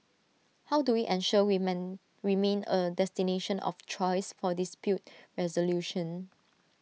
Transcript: how do we ensure we men remain A destination of choice for dispute resolution